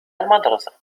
المدرسة